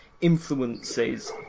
influences